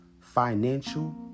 financial